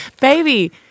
Baby